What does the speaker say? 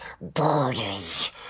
borders